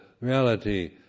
reality